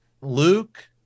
Luke